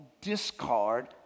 discard